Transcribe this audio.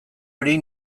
hori